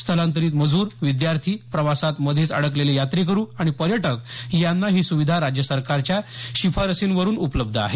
स्थलांतरित मजूर विद्यार्थी प्रवासात मध्येच अडकलेले यात्रेकरु आणि पर्यटक यांना ही सुविधा राज्य सरकारच्या शिफारसीवर उपलब्ध आहे